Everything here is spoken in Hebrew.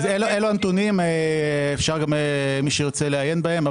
אלה הנתונים, מי שירצה אפשר לעיין בהם.